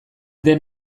den